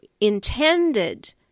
intended